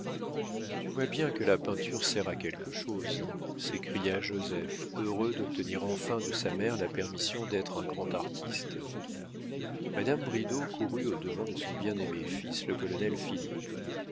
tu vois bien que la peinture sert à quelque chose s'écria joseph heureux d'obtenir enfin de sa mère la permission d'être un grand artiste madame bridau courut au-devant de son bien-aimé fils le colonel philippe